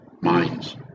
minds